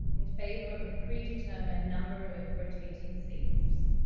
in favor of a predetermined number of rotating seats.